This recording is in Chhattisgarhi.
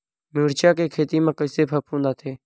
मिर्च के खेती म कइसे फफूंद आथे?